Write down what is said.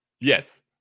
Yes